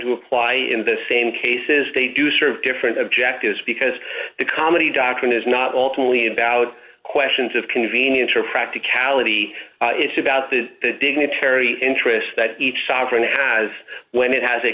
to apply in the same cases they do serve different objectives because the comedy doctrine is not all truly about questions of convenience or practicality it's about the dignitary interest that each sovereign has when it has a